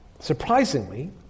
Surprisingly